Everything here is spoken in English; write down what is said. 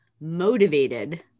motivated